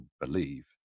believe